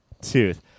Tooth